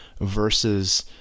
versus